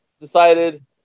decided